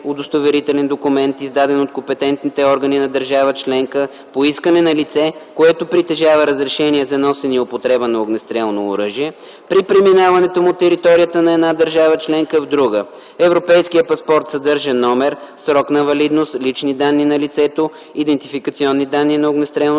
удостоверителен документ, издаден от компетентните органи на държава членка по искане на лице, което притежава разрешение за носене и употреба на огнестрелно оръжие, при преминаването му от територията на една държава членка в друга. Европейският паспорт съдържа номер, срок на валидност, лични данни на лицето, идентификационни данни на огнестрелното